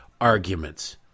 arguments